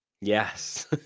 Yes